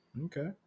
Okay